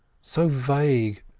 so vague,